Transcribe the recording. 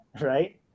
right